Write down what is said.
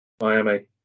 Miami